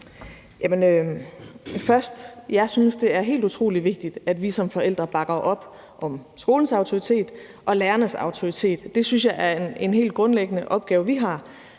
jeg synes, det er helt utrolig vigtigt, at vi som forældre bakker op om skolens autoritet og lærernes autoritet. Det synes jeg er en helt grundlæggende opgave vi har,